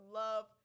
love